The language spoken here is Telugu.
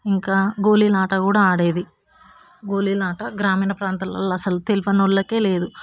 ఇంకా గోళీల ఆట కూడా ఆడేది గోళీల ఆట గ్రామీణ ప్రాంతాలలో అసలు తెలవని వాళ్ళకు లేదు